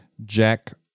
jack